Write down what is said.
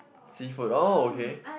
seafood oh okay